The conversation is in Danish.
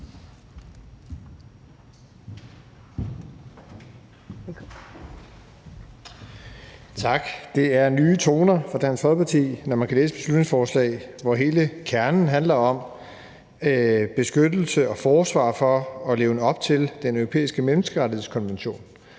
Tak. Det er nye toner fra Dansk Folkeparti, når man kan læse et beslutningsforslag, hvor hele kernen handler om beskyttelse af og forsvar for at leve op til Den Europæiske Menneskerettighedskonvention.